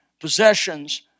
possessions